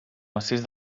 massís